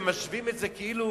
ומשווים את זה כאילו